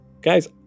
Guys